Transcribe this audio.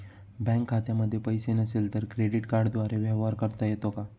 Bank खात्यामध्ये पैसे नसले तरी क्रेडिट कार्डद्वारे व्यवहार करता येतो का?